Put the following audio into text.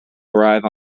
arrive